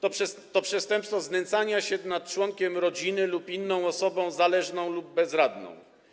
To przestępstwo znęcania się nad członkiem rodziny lub inną osobą zależną lub bezradną.